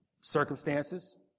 circumstances